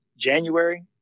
January